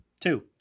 Two